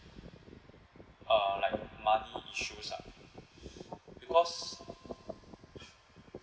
uh like money issues because